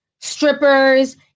strippers